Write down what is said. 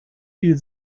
viel